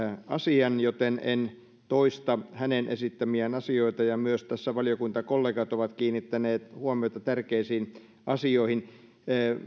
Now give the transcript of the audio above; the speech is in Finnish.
asian joten en toista hänen esittämiään asioita myös valiokuntakollegat ovat tässä kiinnittäneet huomiota tärkeisiin asioihin